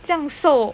这样瘦